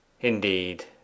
Indeed